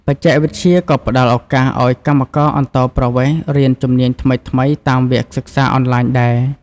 បច្ចេកវិទ្យាក៏ផ្តល់ឱកាសឲ្យកម្មករអន្តោប្រវេសន៍រៀនជំនាញថ្មីៗតាមវគ្គសិក្សាអនឡាញដែរ។